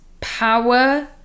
power